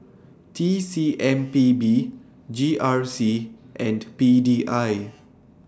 T C M P B G R C and P D I